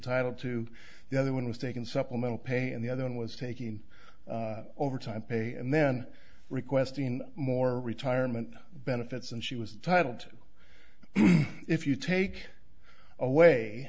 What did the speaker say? intitled to the other one was taken supplemental pay and the other one was taking overtime pay and then requesting more retirement benefits and she was titled if you take away